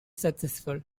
successful